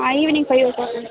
ஆ evening five o'clock அந்த